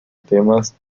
temas